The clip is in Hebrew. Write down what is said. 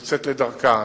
יוצאת לדרכה.